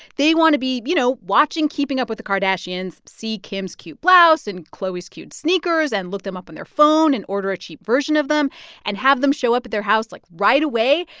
they want to be, you know, watching keeping up with the kardashians, see kim's cute blouse and khloe's cute sneakers and look them up on their phone and order a cheap version of them and have them show up at their house, like, right away,